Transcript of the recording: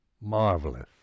marvelous